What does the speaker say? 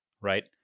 right